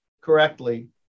correctly